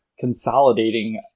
Consolidating